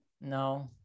no